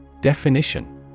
Definition